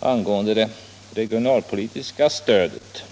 angående det regionalpolitiska stödet.